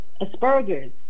Asperger's